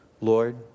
Lord